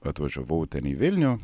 atvažiavau ten į vilnių